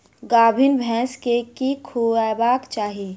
गाभीन भैंस केँ की खुएबाक चाहि?